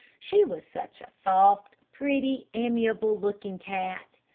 she was such a soft, pretty, amiable-looking cat.